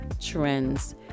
trends